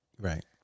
right